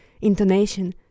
intonation